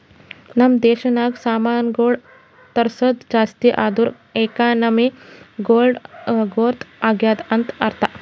ನಮ್ ದೇಶನಾಗ್ ಸಾಮಾನ್ಗೊಳ್ ತರ್ಸದ್ ಜಾಸ್ತಿ ಆದೂರ್ ಎಕಾನಮಿಕ್ ಗ್ರೋಥ್ ಆಗ್ಯಾದ್ ಅಂತ್ ಅರ್ಥಾ